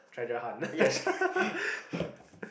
treasure hunt